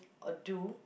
or do